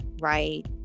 right